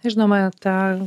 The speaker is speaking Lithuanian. žinoma ta